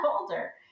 older